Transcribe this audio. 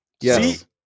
yes